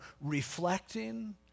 reflecting